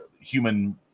human